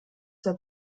der